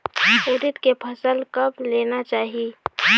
उरीद के फसल कब लेना चाही?